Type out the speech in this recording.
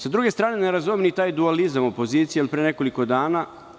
Sa druge strane, ne razumem ni taj dualizam opozicije od pre nekoliko dana.